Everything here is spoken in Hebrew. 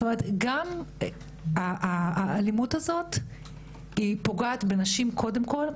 זאת אומרת גם האלימות הזאת פוגעת בנשים קודם כל,